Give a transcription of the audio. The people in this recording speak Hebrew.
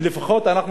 ולפחות אנחנו,